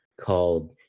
called